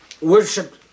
worship